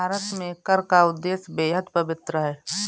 भारत में कर का उद्देश्य बेहद पवित्र है